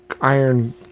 Iron